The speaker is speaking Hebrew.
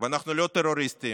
ואנחנו לא טרוריסטים.